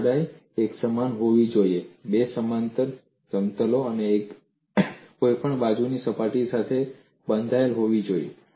જાડાઈ એકસમાન હોવી જોઈએ બે સમાંતર સમતલો અને કોઈપણ બાજુની સપાટીથી બંધાયેલ હોવી જોઈએ